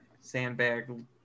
sandbag